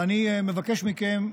ואני מבקש מכם,